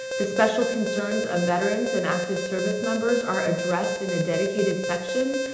the special concerns of veterans and active service members are addressed in a dedicated section,